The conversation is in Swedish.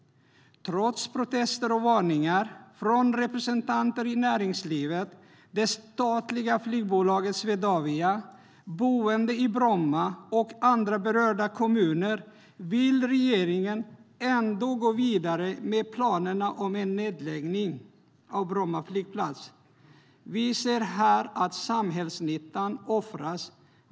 Trots protester och varningar från representanter i näringslivet, det statliga flygbolaget Swedavia, boende i Bromma och andra berörda kommuner vill regeringen gå vidare med planerna på en nedläggning av Bromma flygplats. Vi ser här att samhällsnyttan offras.